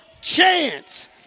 chance